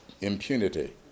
impunity